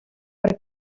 per